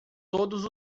todos